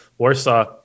Warsaw